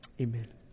Amen